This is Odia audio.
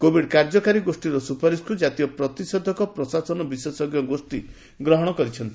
କୋବିଡ୍ କାର୍ଯ୍ୟକାରୀ ଗୋଷ୍ଠୀର ସୁପାରିଶକୁ ଜାତୀୟ ପ୍ରତିଷେଧକ ପ୍ରଶାସନ ବିଶେଷଜ୍ଞ ଗୋଷ୍ଠୀ ଗ୍ରହଣ କରିଛନ୍ତି